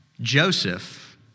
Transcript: Joseph